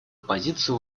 позицию